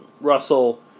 Russell